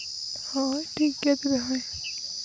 ᱦᱳᱭ ᱴᱷᱤᱠ ᱜᱮᱭᱟ ᱛᱚᱵᱮ ᱦᱳᱭ